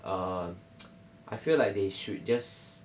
um I feel like they should just